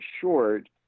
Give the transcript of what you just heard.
short